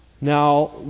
Now